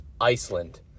Iceland